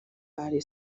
ali